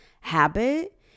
habit